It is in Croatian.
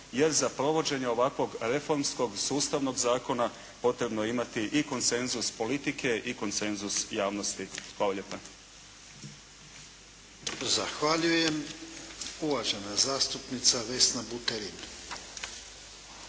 jer za provođenje ovakvog reformskog sustavnog zakona potrebno je imati i konsenzus politike i konsenzus javnosti. **Jarnjak, Ivan (HDZ)** Zahvaljujem. Uvažena zastupnica Vesna Buterin.